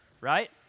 right